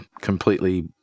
completely